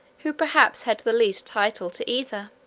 who perhaps had the least title to either.